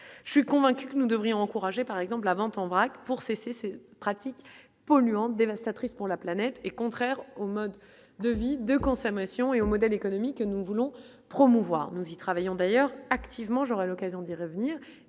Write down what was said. je suis convaincu que nous devrions encourager par exemple la vente en vrac pour cesser ces pratiques polluantes dévastatrices pour la planète est contraire au mode de vie, de consommation et au modèle économique que nous voulons promouvoir, nous y travaillons d'ailleurs activement, j'aurai l'occasion d'y revenir,